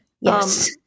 Yes